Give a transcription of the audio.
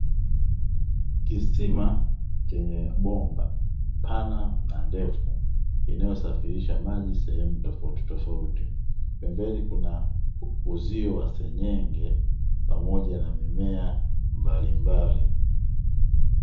Kisima chenye bomba pana na ndefu inayosafirisha maji sehemu tofautitofauti, pembeni kuna uzio wa senyenge pamoja na mimea mbalimbali.